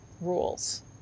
rules